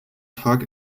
tag